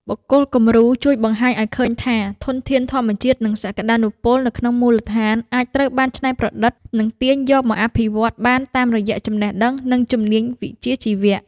បុគ្គលគំរូជួយបង្ហាញឱ្យឃើញថា ធនធានធម្មជាតិ និងសក្ដានុពលនៅក្នុងមូលដ្ឋាន អាចត្រូវបានច្នៃប្រឌិត និងទាញយកមកអភិវឌ្ឍបានតាមរយៈចំណេះដឹង និងជំនាញវិជ្ជាជីវៈ។